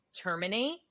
Terminate